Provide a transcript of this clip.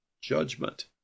judgment